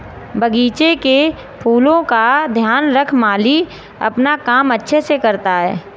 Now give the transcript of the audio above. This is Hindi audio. बगीचे के फूलों का ध्यान रख माली अपना काम अच्छे से करता है